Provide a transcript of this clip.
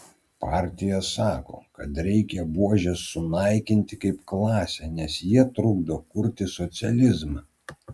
partija sako kad reikia buožes sunaikinti kaip klasę nes jie trukdo kurti socializmą